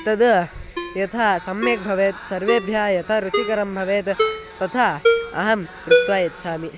तद् यथा सम्यक् भवेत् सर्वेभ्यः यथा रुचिकरं भवेत् तथा अहं कृत्वा यच्छामि